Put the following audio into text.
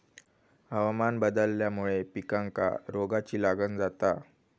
हवामान बदलल्यामुळे पिकांका रोगाची लागण जाता